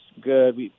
good